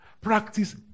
Practice